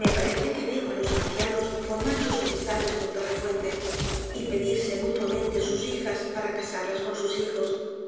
me parece que veo á los ancianos formar sus amistades junto á la fuent y pedirse mutuamente sus hijas para casarlas con sus hijos